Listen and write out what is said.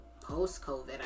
post-COVID